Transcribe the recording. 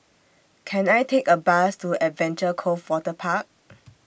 Can I Take A Bus to Adventure Cove Waterpark